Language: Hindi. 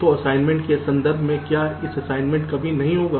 तो असाइनमेंट के संदर्भ में क्या यह असाइनमेंट कभी नहीं होगा